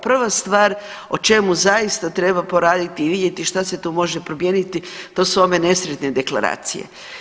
Prva stvar o čemu zaista treba poraditi i vidjeti šta se tu može promijeniti, to su ove nesretne deklaracije.